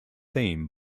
theme